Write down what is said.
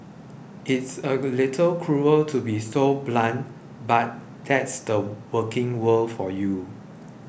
it's a little cruel to be so blunt but that's the working world for you